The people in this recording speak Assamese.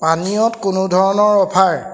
পানীয়ত কোনো ধৰণৰ অফাৰ